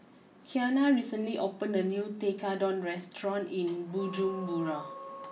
Qiana recently opened a new Tekkadon restaurant in Bujumbura